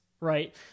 right